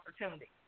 opportunity